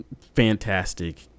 fantastic